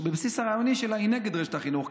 ובבסיס הרעיוני שלה היא נגד רשת החינוך,